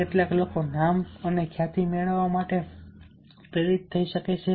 કેટલાક લોકો નામ અને ખ્યાતિ મેળવવા માટે પ્રેરિત થઈ શકે છે